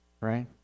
right